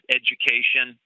education